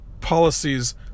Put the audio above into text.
policies